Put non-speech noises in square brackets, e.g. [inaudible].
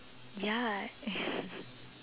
ya [laughs]